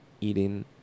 eating